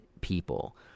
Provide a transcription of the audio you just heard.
people